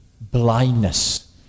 blindness